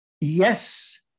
yes